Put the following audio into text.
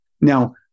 Now